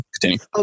Continue